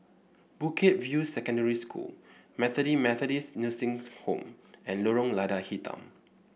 Bukit View Secondary School Bethany Methodist Nursing's Home and Lorong Lada Hitam